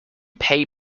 pay